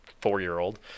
four-year-old